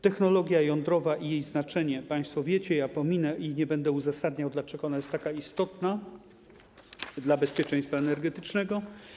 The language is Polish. Technologia jądrowa i jej znaczenie, państwo to wiecie, pominę to i nie będę uzasadniał, dlaczego jest ona taka istotna dla bezpieczeństwa energetycznego.